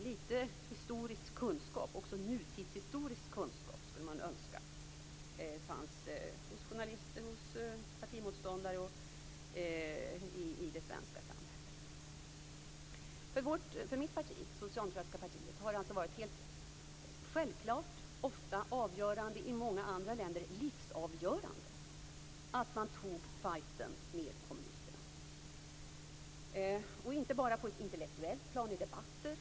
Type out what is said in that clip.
Litet historisk kunskap - också nutidshistorisk kunskap - skulle man önska att det fanns hos journalister, hos partimotståndare och i det svenska samhället. För mitt parti, det socialdemokratiska partiet, har det varit helt självklart och ofta avgörande - i många andra länder livsavgörande - att man tog fighten med kommunisterna. Det gäller inte bara på ett intellektuellt plan i debatter.